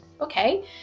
okay